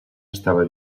estava